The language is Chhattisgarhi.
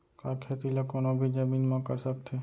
का खेती ला कोनो भी जमीन म कर सकथे?